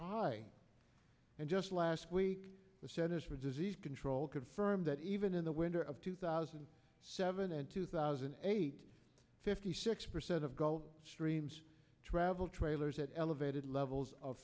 high and just last week the centers for disease control confirmed that even in the winter of two thousand and seven and two thousand and eight fifty six percent of go streams travel trailers had elevated levels of